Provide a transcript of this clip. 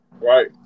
Right